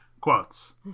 Quotes